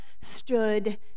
stood